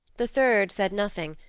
the third said nothing,